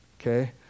okay